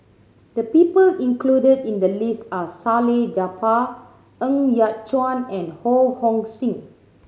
the people included in the list are Salleh Japar Ng Yat Chuan and Ho Hong Sing